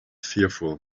fearful